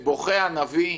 בוכה הנביא,